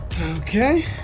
Okay